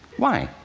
why?